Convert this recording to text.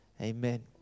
Amen